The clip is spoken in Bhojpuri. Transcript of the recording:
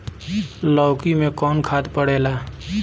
लौकी में कौन खाद पड़ेला?